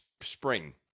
spring